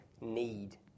need